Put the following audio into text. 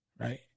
right